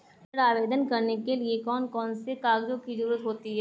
ऋण आवेदन करने के लिए कौन कौन से कागजों की जरूरत होती है?